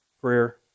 prayer